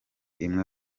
imwe